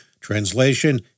translation